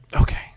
okay